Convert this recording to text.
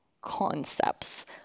concepts